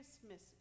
Christmas